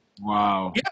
Wow